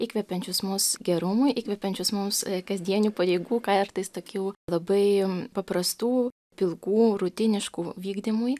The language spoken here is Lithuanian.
įkvepiančius mus gerumui įkvepiančius mums kasdienių pareigų kartais tokių labai paprastų pilkų rutiniškų vykdymui